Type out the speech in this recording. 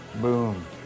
Boom